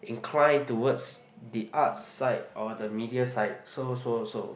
inclined towards the art side or the media side so so so